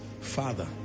Father